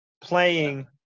playing